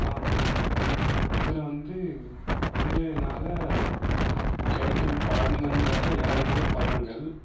இதில் வந்து விடுதலைனால் கிடைக்கும் பலன்கள்னு பார்த்தா ஏராளமான பலன்கள்